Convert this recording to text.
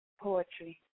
poetry